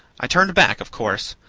i turned back, of course.